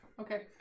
Okay